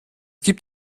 gibt